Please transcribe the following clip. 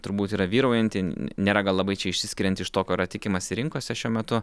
turbūt yra vyraujanti nėra gal labai čia išsiskirianti iš to ko yra tikimasi rinkose šiuo metu